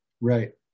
Right